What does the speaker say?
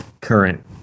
current